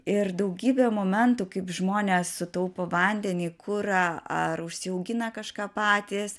ir daugybė momentų kaip žmonės sutaupo vandenį kurą ar užsiaugina kažką patys